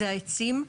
הוא העצים.